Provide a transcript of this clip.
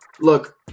look